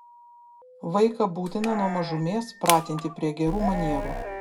vaiką būtina nuo mažumės pratinti prie gerų manierų